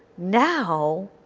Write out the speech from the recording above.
now,